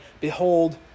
Behold